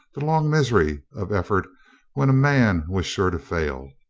the long misery of effort when a man was sure to fail.